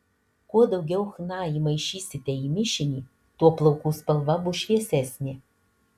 kuo daugiau chna įmaišysite į mišinį tuo plaukų spalva bus šviesesnė